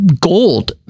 gold